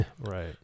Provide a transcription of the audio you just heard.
right